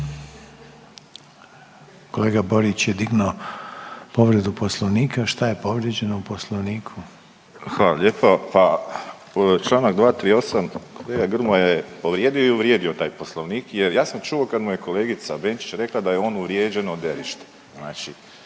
Kolega Borić je dignuo povredu Poslovnika. Šta je povrijeđeno u Poslovniku? **Borić, Josip (HDZ)** Hvala lijepo. Pa Članak 238., kolega Grmoja je povrijedio i uvrijedio taj Poslovnik jer ja sam čuo kad mu je kolegica Benčić rekla da je on uvrijeđeno derište.